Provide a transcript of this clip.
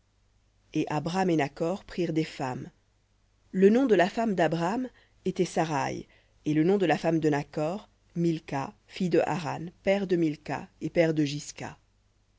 et abram et nakhor prirent des femmes le nom de la femme d'abram était saraï et le nom de la femme de nakhor milca fille de haran père de milca et père de